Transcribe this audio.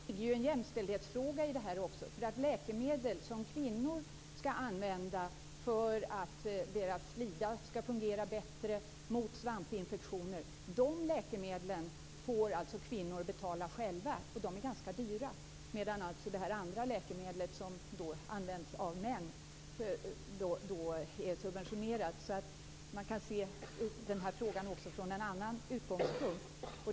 Fru talman! Det här är också en jämställdhetsfråga. Läkemedel mot svampinfektioner som kvinnor måste använda för att deras slida skall fungera bättre får kvinnor betala själva. De är ganska dyra. Det andra läkemedlet som används av män är subventionerat. Frågan kan ses från en annan utgångspunkt.